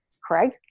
Craig